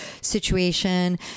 situation